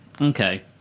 okay